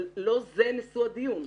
אבל לא זה נשוא הדיון.